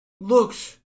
looks